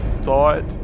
thought